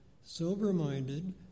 sober-minded